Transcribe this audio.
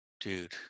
dude